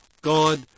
God